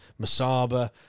Masaba